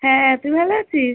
হ্যাঁ তুই ভালো আছিস